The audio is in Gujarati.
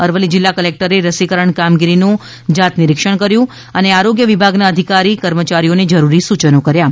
અરવલ્લી જિલ્લા કલેક્ટરે રસીકરણ કામગીરીનું જાત નિરીક્ષણ કર્યું હતું અને આરોગ્ય વિભાગના અધિકારીઓ તેમજ કર્મચારીઓને જરૂરી સૂચનો કર્યા હતા